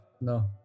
no